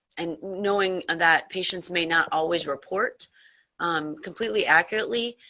and knowing and that patients may not always report um completely accurately.